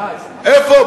איפה?